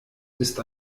ist